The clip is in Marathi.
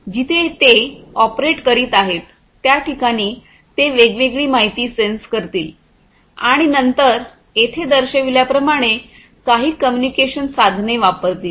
जिथे ते ऑपरेट करीत आहेत त्या ठिकाणी ते वेगवेगळी माहिती सेन्स करतील आणि नंतर येथे दर्शविल्याप्रमाणे काही कम्युनिकेशन साधने वापरतील